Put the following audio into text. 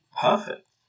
perfect